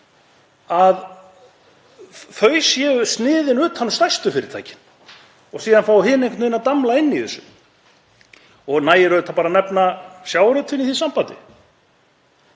að þau séu sniðin utan um stærstu fyrirtækin og síðan fá hin einhvern veginn að damla inni í þessu. Nægir bara að nefna sjávarútveginn í því sambandi